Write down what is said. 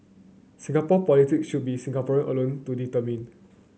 Singapore politic should be Singaporean alone to determine